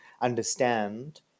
understand